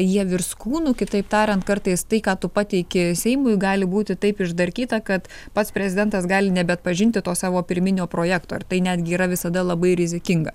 ką jie virs kūnu kitaip tariant kartais tai ką tu pateiki seimui gali būti taip išdarkyta kad pats prezidentas gali nebeatpažinti to savo pirminio projekto ir tai netgi yra visada labai rizikinga